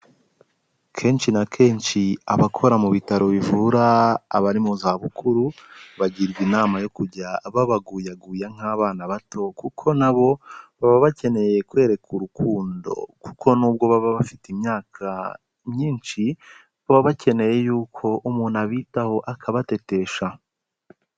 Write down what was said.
Kenshi na kenshi abakora mu bitaro bivura abari mu zabukuru, bagirwa inama yo kujya babaguyaguya nk'abana bato, kuko nabo baba bakeneye kwerekwa urukundo kuko n'ubwo baba bafite imyaka myinshi, baba bakeneye y'uko umuntu abitaho akabatetesha.